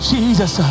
Jesus